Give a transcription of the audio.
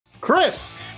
chris